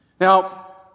Now